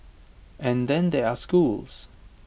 and then there are schools